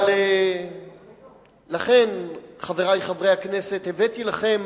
אבל לכן, חברי חברי הכנסת, הבאתי לכם